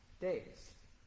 days